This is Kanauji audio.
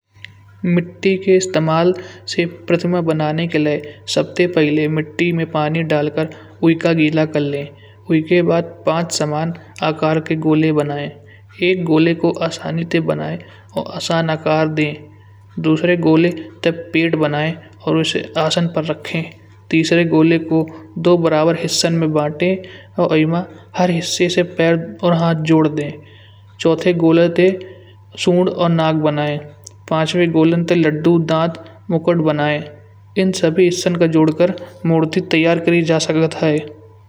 मिट्टी के इस्तेमाल से प्रतिमा बनाने के लिए सबसे पहिले मिट्टी में पानी डालकर उनका गीला कर ले। उनके बाद पाँच समान आकार के गोले बनाये एक गोले को आसानी से बनाये और आसान आकार दें दूसरे गोले पेड़ बनाये। और उसे आसन पर रखें तीसरे गोले को दो बराबर हिस्सों में बाँटे। हर हिस्से से पैर और हाथ जोड़ दें। चौथे गोले से सोंड और नाक बनाये पाँचवें गोले से लड्डू दाँत मुकुट बनाएँ । इन सभी हिस्सों को जोड़कर मूर्ति तैयार करात जा सकती है।